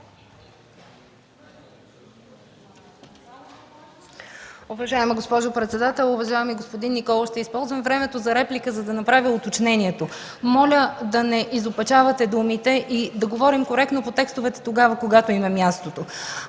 Уважаема госпожо председател, уважаеми господин Николов! Ще използвам времето за реплика, за да направя уточнението. Моля да не изопачавате думите и коректно да говорим по текстовете тогава, когато им е мястото.